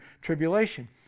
tribulation